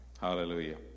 Hallelujah